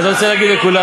אני רוצה להגיד לכולם,